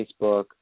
Facebook